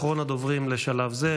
אחרון הדוברים לשלב זה,